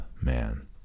man